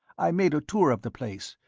i made a tour of the place,